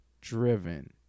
driven